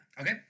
Okay